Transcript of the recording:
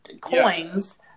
coins